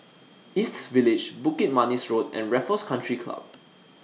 East Village Bukit Manis Road and Raffles Country Club